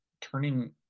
turning